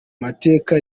mateka